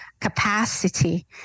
capacity